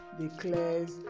declares